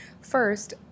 First